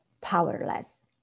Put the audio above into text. powerless